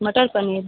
मटर पनीर